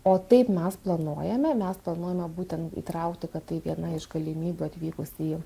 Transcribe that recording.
o taip mes planuojame mes planuojame būtent įtraukti kad tai viena iš galimybių atvykus į